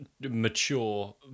mature